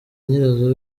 nyirazo